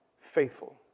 faithful